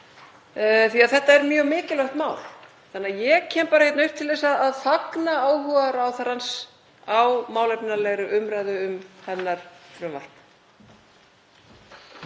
sinn. Þetta er mjög mikilvægt mál þannig að ég kem hér upp til að fagna áhuga ráðherrans á málefnalegri umræðu um hennar frumvarp.